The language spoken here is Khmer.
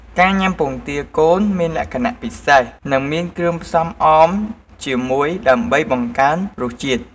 ការញ៉ាំពងទាកូនមានលក្ខណៈពិសេស និងមានគ្រឿងផ្សំអមជាមួយដើម្បីបង្កើនរសជាតិ។